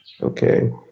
Okay